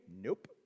Nope